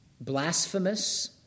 blasphemous